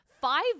Five